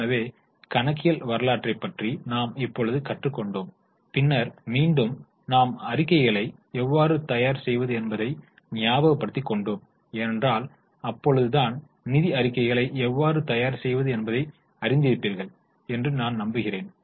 எனவே கணக்கியல் வரலாற்றைப் பற்றி நாம் இப்பொழுது கற்றுக்கொண்டோம் பின்னர் மீண்டும் நாம் அறிக்கைகளை எவ்வாறு தயார் செய்வது என்பதை நியாபக படுத்தி கொண்டோம் ஏனென்றால் அப்பொழுது நிதி அறிக்கைகளை எவ்வாறு தயார் செய்வது என்பதை அறிந்திருப்பீர்கள் என்று நான் நம்புகிறேன்